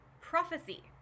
prophecy